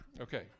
Okay